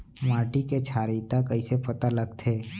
माटी के क्षारीयता कइसे पता लगथे?